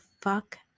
fuck